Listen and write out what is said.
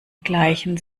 gleichen